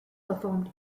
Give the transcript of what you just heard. performed